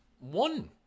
one